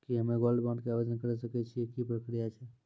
की हम्मय gold bond के आवदेन करे सकय छियै, की प्रक्रिया छै?